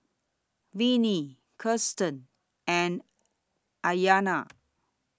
Vinie Kirsten and Aryana